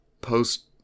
Post